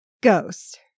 ghost